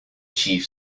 chief